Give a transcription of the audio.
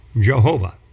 Jehovah